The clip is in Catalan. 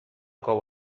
cou